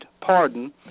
pardon